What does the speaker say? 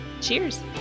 Cheers